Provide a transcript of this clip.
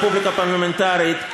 רפובליקה פרלמנטרית,